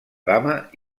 dama